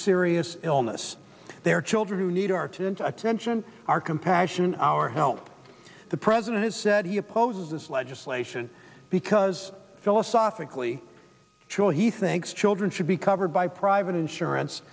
serious illness their children who need our to attention our compassion our help the president has said he opposes this legislation because philosophically show he thinks children should be covered by private insurance